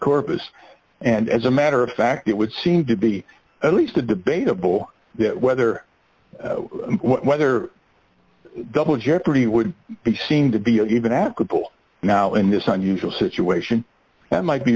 corpus and as a matter of fact it would seem to be at least a debatable yet whether whether double jeopardy would be seen to be even apropos now in this unusual situation that might be